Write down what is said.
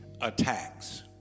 attacks